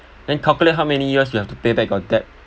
then calculate how many years you have to pay back your debt